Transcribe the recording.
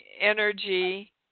energy